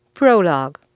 Prologue